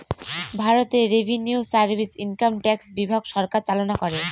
ভারতে revenue service income tax বিভাগ সরকার চালনা করে